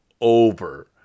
over